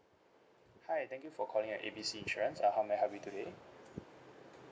hi thank you for calling uh A B C insurance uh how may I help you today